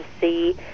see